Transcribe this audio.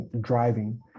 driving